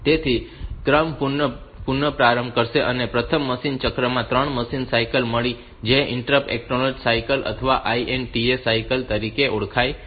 તેથી ક્રમ પુનઃપ્રારંભ કરો અને તેને પ્રથમ મશીન ચક્રમાં 3 મશીન સાયકલ મળી છે જે ઇન્ટરપ્ટ એક્નોલેજ સાયકલ અથવા INTA સાયકલ તરીકે ઓળખાય છે